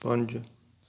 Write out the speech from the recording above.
ਪੰਜ